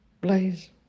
Please